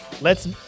lets